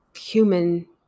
human